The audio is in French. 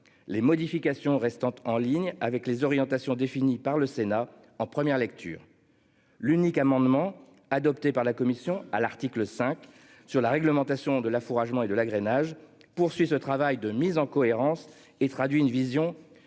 Les modifications restantes en ligne avec les orientations définies par le Sénat en première lecture. L'unique amendement adopté par la commission à l'article 5 sur la réglementation de l'affouragement et de l'agrainage poursuit ce travail de mise en cohérence et traduit une vision